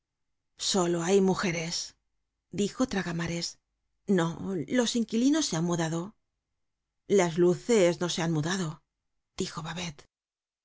solo hay mujeres dijo traga mares no los inquilinos se han mudado las luces no se han mudado dijo babet